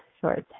shorts